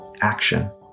action